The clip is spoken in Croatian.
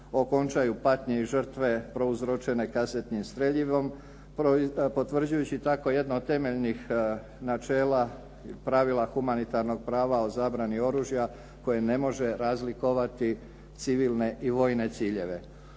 okončaju patnje i žrtve prouzročene kazetnim streljivom potvrđujući tako jedno od temeljnih načela pravila humanitarnog prava o zabrani oružja koje ne može razlikovati civilne i vojne ciljeve.